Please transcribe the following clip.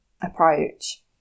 approach